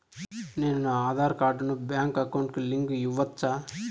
నేను నా ఆధార్ కార్డును బ్యాంకు అకౌంట్ కి లింకు ఇవ్వొచ్చా?